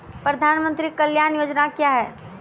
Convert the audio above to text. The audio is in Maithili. प्रधानमंत्री कल्याण योजना क्या हैं?